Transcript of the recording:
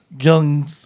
young